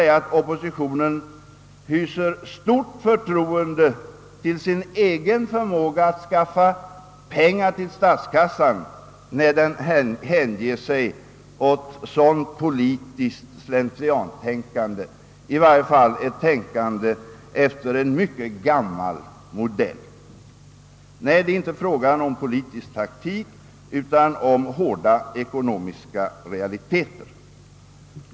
Oppositionen hyser verkligen stort förtroende till sin egen förmåga att skaffa pengar till statskassan när den hänger sig åt sådant politiskt slentriantänkande eller i varje fall ett tänkande efter en mycket gammal modell. Här är det inte fråga om politisk taktik utan om hårda ekonomiska realiteter.